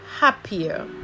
happier